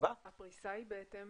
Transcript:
הפריסה היא בהתאם